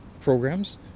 programs